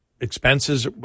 expenses